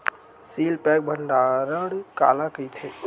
Seal pack भंडारण काला कइथे?